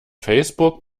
facebook